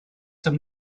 some